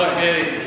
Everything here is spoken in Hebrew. אוקיי.